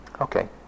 Okay